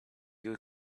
you